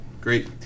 Great